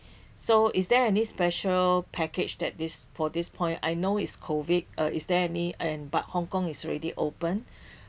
so is there any special package that this for this point I know is COVID uh is there eh but Hong-Kong is already opened